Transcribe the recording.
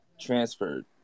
transferred